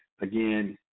again